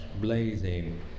blazing